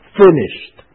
finished